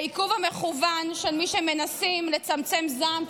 העיכוב המכוון של מי שמנסים לצמצם זעם ציבורי,